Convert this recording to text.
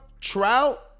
Trout